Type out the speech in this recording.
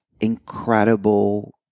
incredible